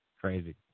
Crazy